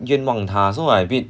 冤枉他 so like a bit